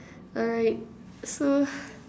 alright so